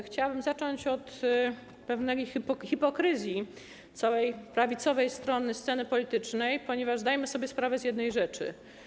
Chciałabym zacząć od kwestii pewnej hipokryzji całej prawicowej strony sceny politycznej, ponieważ zdajemy sobie sprawę z jednej rzeczy.